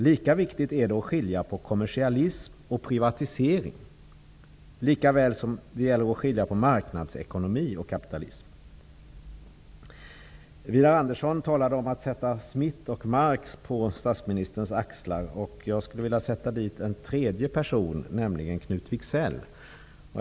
Lika viktigt är det att skilja mellan kommersialism och privatisering, likaväl som det gäller att skilja på marknadsekonomi och kapitalism. Widar Andersson talade om att sätta Smith och Marx på statsministerns axlar. Jag skulle vilja sätta dit en tredje person, nämligen Knut Wicksell.